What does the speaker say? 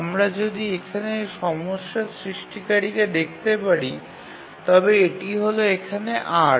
আমরা যদি এখানে সমস্যা সৃষ্টিকারীকে দেখতে পারি তবে এটি হল এখানে ৮